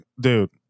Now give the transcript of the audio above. dude